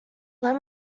let